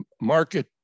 Market